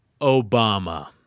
Obama